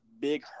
Big